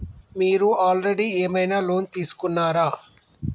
మీరు ఆల్రెడీ ఏమైనా లోన్ తీసుకున్నారా?